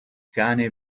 cane